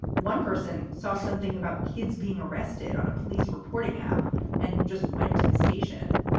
one person saw something about kids being arrested on a police reporting app and just went to the station.